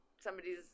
somebody's